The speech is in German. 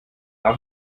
darf